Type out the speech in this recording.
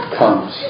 comes